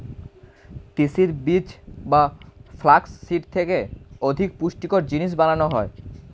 তিসির বীজ বা ফ্লাক্স সিড থেকে অধিক পুষ্টিকর জিনিস বানানো হয়